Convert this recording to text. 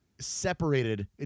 Separated